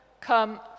come